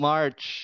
March